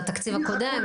לתקציב הקודם,